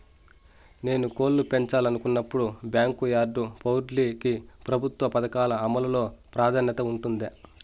నేను కోళ్ళు పెంచాలనుకున్నపుడు, బ్యాంకు యార్డ్ పౌల్ట్రీ కి ప్రభుత్వ పథకాల అమలు లో ప్రాధాన్యత ఉంటుందా?